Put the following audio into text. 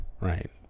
Right